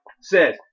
says